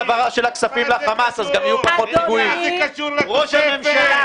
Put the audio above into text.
מה זה קשור לתוספת?